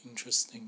interesting